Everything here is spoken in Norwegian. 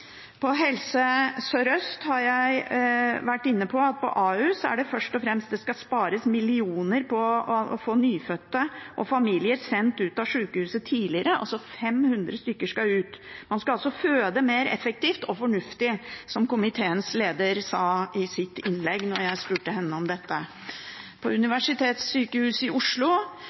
der. Helse Sør-Øst har jeg vært inne på. På Ahus skal det først og fremst spares millioner på å få nyfødte og familier sendt ut av sykehuset tidligere – 500 stykker skal ut. Man skal altså føde mer effektivt og fornuftig, som komiteens leder sa i sitt innlegg da jeg spurte henne om dette. På Oslo universitetssykehus